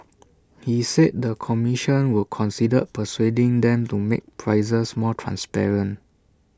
he said the commission would consider persuading them to make prices more transparent